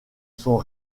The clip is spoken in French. son